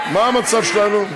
מה המצב שלנו?